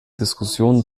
diskussionen